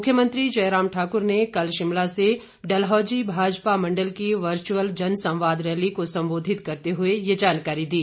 मुख्यमंत्री जय राम ठाकुर ने कल शिमला से डलहौजी भाजपा मण्डल की वर्चुअल जन संवाद रैली को सम्बोधित करते हुए यह जानकारी दी